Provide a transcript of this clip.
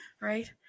Right